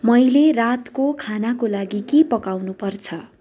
मैले रातको खानाको लागि के पकाउनु पर्छ